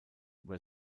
were